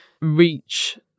reach